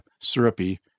syrupy